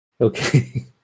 Okay